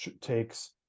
takes